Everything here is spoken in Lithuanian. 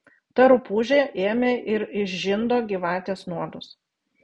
ta rupūžė ėmė ir išžindo gyvatės nuodus